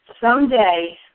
Someday